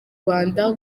rwanda